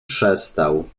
przestał